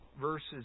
verses